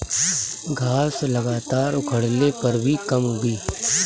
घास लगातार उखड़ले पर भी कम उगी